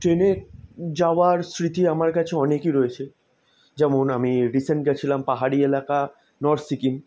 ট্রেনে যাওয়ার স্মৃতি আমার কাছে অনেকই রয়েছে যেমন আমি রিসেন্ট গেছিলাম পাহাড়ি এলাকা নর্থ সিকিম